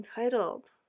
entitled